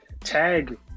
tag